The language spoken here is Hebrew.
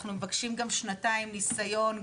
אנחנו מבקשים גם שנתיים ניסיון,